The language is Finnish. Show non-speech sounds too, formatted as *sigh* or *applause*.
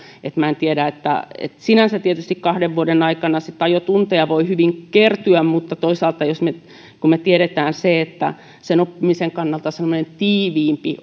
en tiedä sinänsä tietysti kahden vuoden aikana ajotunteja voi hyvin kertyä mutta toisaalta kun me tiedämme että oppimisen kannalta semmoinen tiiviimpi *unintelligible*